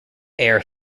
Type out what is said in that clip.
air